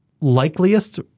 likeliest